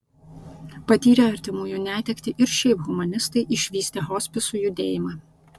patyrę artimųjų netektį ir šiaip humanistai išvystė hospisų judėjimą